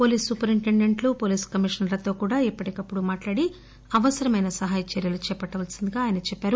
police సూపరిండెంట్లు police కమీషనర్లతో కూడా ఎప్పటికప్పుడు మాట్లాడి అవసరమైన సహాయ చర్యలు చేపట్లవలసిందిగా చెప్పారు